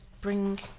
bring